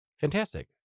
Fantastic